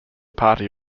party